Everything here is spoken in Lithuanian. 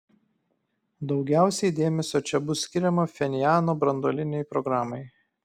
daugiausiai dėmesio čia bus skiriama pchenjano branduolinei programai